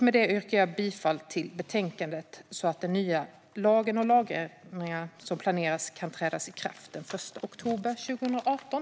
Med det yrkar jag bifall till förslaget så att den nya lag och de lagändringar som planeras kan träda i kraft den 1 oktober 2018.